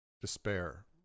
despair